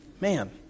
Man